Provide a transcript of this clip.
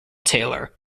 taylor